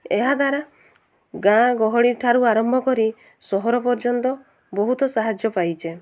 ଏହାଦ୍ୱାରା ଗାଁ ଗହଳି ଠାରୁ ଆରମ୍ଭ କରି ସହର ପର୍ଯ୍ୟନ୍ତ ବହୁତ ସାହାଯ୍ୟ ପାଇଛେ